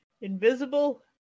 invisible